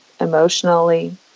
emotionally